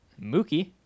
Mookie